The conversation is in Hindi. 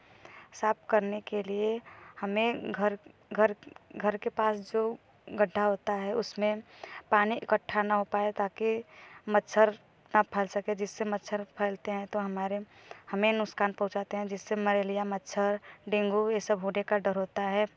साफ़ करने के लिए हमें घर घर की घर के पास जो गड्ढा होता है उसमें पानी इकट्ठा न हो पाए ताकि मच्छर ना फैल सके जिससे मच्छर फैलते हैं तो हमारे हमें नुकसान पहुँचाते हैं जिससे मलेरिया डेंगू यह सब होने का डर होता है